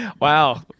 Wow